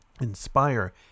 inspire